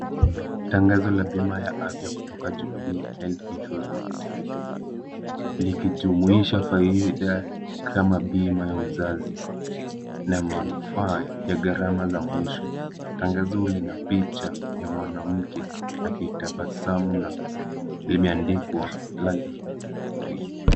Tangazo la bima ya afya kutoka Jubilee Health Insurance, likijumuisha faida kama bima ya uzazi na manufaa ya gharama za mwisho. Tangazo lina picha ya mwanamke akitabasamu na limeandikwa life twig .